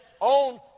own